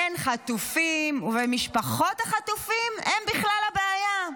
אין חטופים, ומשפחות החטופים הן בכלל הבעיה.